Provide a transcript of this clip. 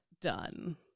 done